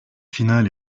finale